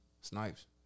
Snipes